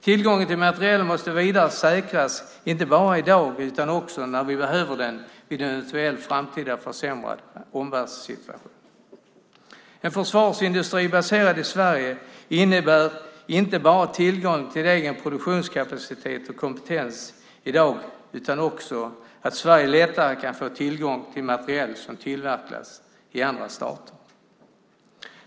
Tillgången till materiel måste vidare säkras inte bara i dag utan också när vi behöver den i en eventuellt framtida försämrad omvärldssituation. En försvarsindustri baserad i Sverige innebär inte bara tillgång till egen produktionskapacitet och kompetens i dag utan också att Sverige lättare kan få tillgång till materiel som tillverkas i andra stater.